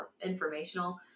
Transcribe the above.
informational